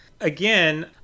Again